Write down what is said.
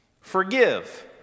Forgive